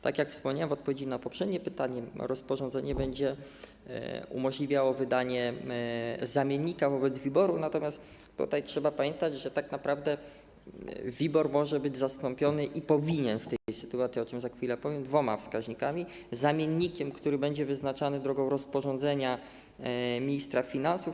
Tak jak wspomniałem w odpowiedzi na poprzednie pytanie, rozporządzenie będzie umożliwiało wydanie zamiennika wobec WIBOR-u, natomiast trzeba pamiętać, że tak naprawdę WIBOR może być zastąpiony - i powinien w tej sytuacji, o czym za chwilę powiem - dwoma wskaźnikami, zamiennikiem, który będzie wyznaczany w drodze rozporządzenia ministra finansów.